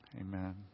Amen